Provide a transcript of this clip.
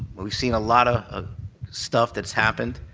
we've seen a lot of stuff that's happened.